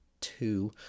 two